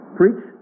preach